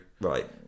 Right